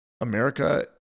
America